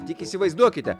tik įsivaizduokite